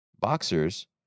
boxers